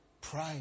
Pray